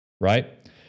right